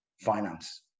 finance